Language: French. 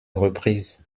reprise